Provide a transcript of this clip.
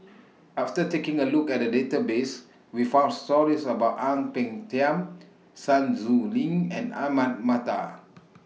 after taking A Look At The Database We found stories about Ang Peng Tiam Sun Xueling and Ahmad Mattar